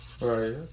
right